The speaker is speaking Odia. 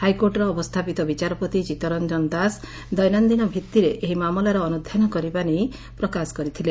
ହାଇକୋର୍ଟର ଅବସ୍ତାପିତ ବିଚାରପତି ଚିଉରଂଜନ ଦାସ ଦୈନନିନ ଭିଭିରେ ଏହି ମାମଲାର ଅନୁଧ୍ଧାନ କରିବା ନେଇ ପ୍ରକାଶ କରିଥିଲେ